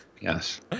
Yes